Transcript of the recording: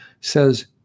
says